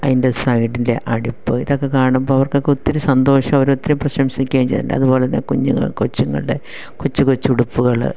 അതിൻ്റെ സൈഡിലെ അടുപ്പ് ഇതൊക്കെ കാണുമ്പോൾ അവർക്കൊക്കെ ഒത്തിരി സന്തോഷവും അവരൊത്തിരി പ്രശംസിക്കുകയും ചെയ്തിട്ടുണ്ട് അതുപോലെ തന്നെ കുഞ്ഞുങ്ങൾ കൊച്ചുങ്ങളുടെ കൊച്ചു കൊച്ചു ഉടുപ്പുകൾ